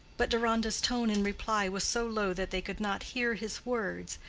but deronda's tone in reply was so low that they could not hear his words,